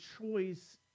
choice